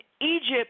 Egypt